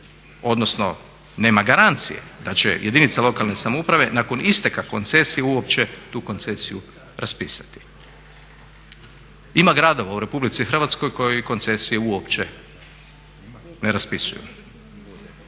odnosno nema garancije da će jedinica lokalne samouprave nakon isteka koncesije uopće tu koncesiju raspisati. Ima gradova u RH koji koncesije uopće ne raspisuju.